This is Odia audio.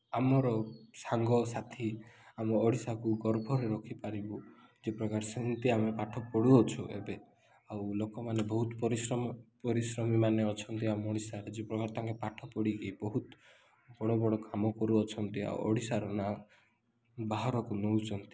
ଆମର ସାଙ୍ଗସାଥି ଆମ ଓଡ଼ିଶାକୁ ଗର୍ବରେ ରଖିପାରିବୁ ଯେ ପ୍ରକାର ସେମିତି ଆମେ ପାଠ ପଢ଼ୁଅଛୁ ଏବେ ଆଉ ଲୋକମାନେ ବହୁତ ପରିଶ୍ରମ ପରିଶ୍ରମୀମାନେ ଅଛନ୍ତି ଆମ ଓଡ଼ିଶାରେ ଯେ ପ୍ରକାର ତାଙ୍କେ ପାଠ ପଢ଼ିକି ବହୁତ ବଡ଼ ବଡ଼ କାମ କରୁଅଛନ୍ତି ଆଉ ଓଡ଼ିଶାର ନା ବାହାରକୁ ନଉଚନ୍ତି